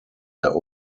der